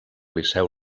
liceu